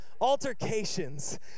Altercations